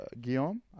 guillaume